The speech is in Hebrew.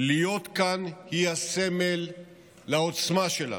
להיות כאן היא הסמל לעוצמה שלנו.